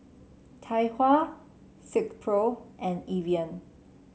Tai Hua Silkpro and Evian